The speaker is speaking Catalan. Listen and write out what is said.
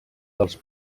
dels